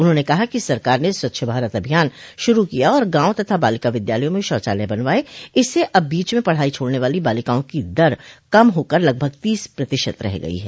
उन्होंने कहा कि सरकार ने स्वच्छ भारत अभियान शुरू किया और गांव तथा बालिका विद्यालयों में शौचालय बनवायें इससे अब बीच में पढ़ाई छोड़ने वाली बालिकाओं की दर कम होकर लगभग तीस प्रतिशत रह गई है